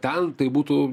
ten tai būtų